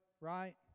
right